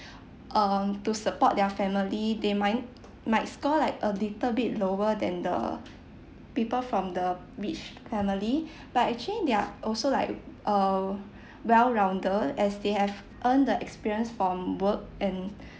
um to support their family they might might score like a little bit lower than the people from the rich family but actually they're also like uh well rounded as they have earned the experience from work and